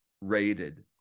rated